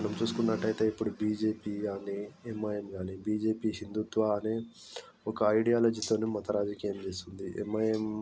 మనం చూసుకున్నట్టయితే ఇప్పుడు బీజేపీ అని ఎమ్ఐఎమ్ అని బీజేపీ హిందుత్వాన్ని ఒక ఐడియాలజీతో మతరాజకీయం చేసింది ఎమ్ఐఎమ్